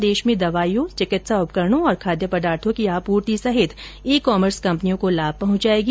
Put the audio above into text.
ये रेल सेवा देश में दवाइयों चिकित्सा उपकरणों और खाद्य पदार्थों की आपूर्ति सहित ई कामर्स कंपनियों को भी लाभ पहुंचाएगी